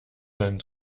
seinen